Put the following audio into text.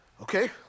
Okay